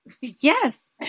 Yes